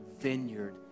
vineyard